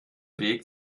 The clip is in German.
weg